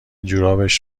جورابش